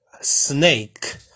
snake